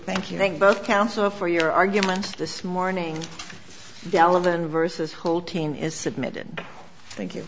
thank you thank both counsel for your arguments this morning delavan versus whole team is submitted thank you